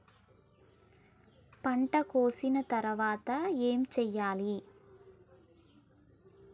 పంట కోసిన తర్వాత ఏం చెయ్యాలి?